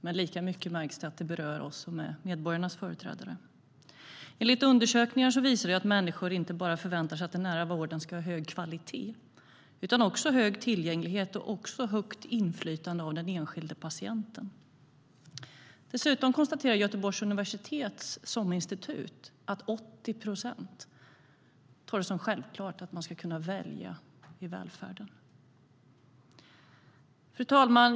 Men lika mycket märks att det berör oss som är medborgarnas företrädare. Fru talman!